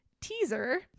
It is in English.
Teaser